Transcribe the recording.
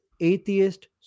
atheist